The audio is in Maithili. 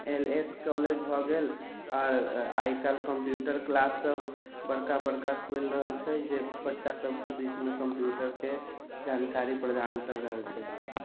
एल एस कॉलेज भऽ गेल आओर आइकाल्हि कंप्यूटर क्लास सब बड़का बड़का खुलि रहल छै जे बच्चा सबके बिच मे कंप्यूटर के जानकरी प्रदान करि रहल छै